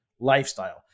lifestyle